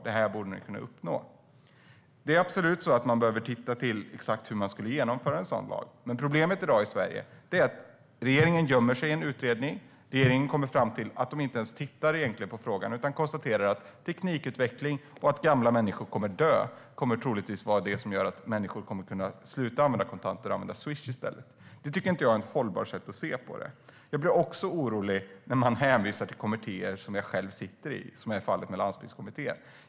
Det här borde ni kunna uppnå. Man behöver absolut kunna se till exakt hur en sådan lag skulle genomföras. Men problemet i dag i Sverige är att regeringen gömmer sig i en utredning och kommer fram till att de egentligen inte ens tittar på frågan. De konstaterar i stället att det handlar om teknikutveckling och att det faktum att gamla människor dör troligtvis kommer att vara det som gör att människor kommer att sluta använda kontanter och i stället använda Swisch. Det tycker inte jag är ett hållbart sätt att se på det hela. Jag blir orolig när man hänvisar till kommittéer som jag själv sitter i, vilket är fallet med landsbygdskommittén.